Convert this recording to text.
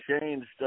changed